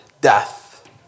death